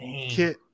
kit